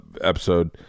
episode